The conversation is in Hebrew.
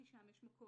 כי שם יש מקום.